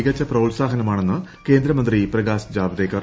മികച്ചു പ്രോത്സാഹനമാണെന്ന് കേന്ദ്രമന്ത്രി പ്രകാശ് ജാവ്ദേക്കർ